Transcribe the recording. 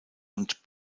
und